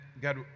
God